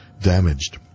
damaged